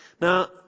Now